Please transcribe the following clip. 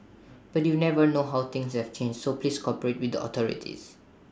but you never know how things have changed so please cooperate with the authorities